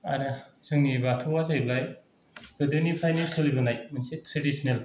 आरो जोंनि बाथौआ जेब्लाय गोदोनिफ्रायनो सोलिबोनाय मोनसे त्रेदिस्नेल